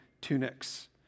tunics